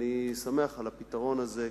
אני שמח על הפתרון הזה,